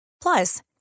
Plus